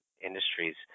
industries